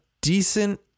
decent